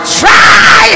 try